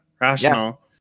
Rational